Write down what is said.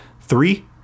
three